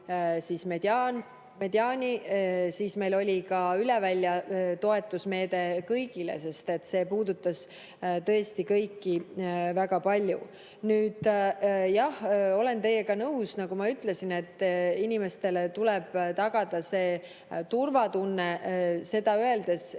Meil oli ka üle välja toetusmeede kõigile, sest see puudutas tõesti kõiki väga palju. Jah, olen teiega nõus selles, nagu ma ütlesin, et inimestele tuleb tagada turvatunne. Seda öeldes ei